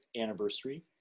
anniversary